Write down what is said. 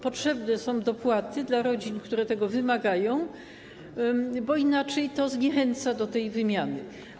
Potrzebne są dopłaty dla rodzin, które tego wymagają, bo inaczej to zniechęca do tej wymiany.